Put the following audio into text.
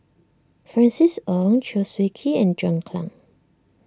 Francis Ng Chew Swee Kee and John Clang